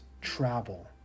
travel